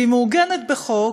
היא מעוגנת בחוק,